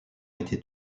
été